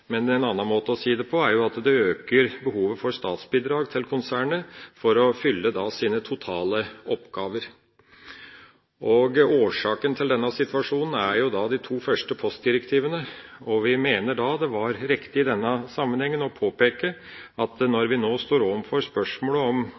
Men en annen måte å si det på er jo at det øker behovet for statsbidrag til konsernet for at det kan fylle sine totale oppgaver. Årsaken til denne situasjonen er de to første postdirektivene. Vi mener da det var riktig i denne sammenhengen å påpeke at når